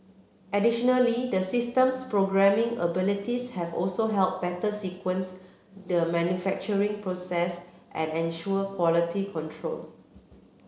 additionally the system's programming abilities have also helped better sequence the manufacturing process and ensure quality control